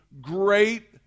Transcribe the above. great